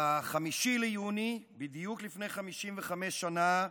ב-5 ביוני, בדיוק לפני 55 שנה,